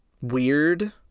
weird